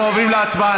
אנחנו עוברים להצבעה.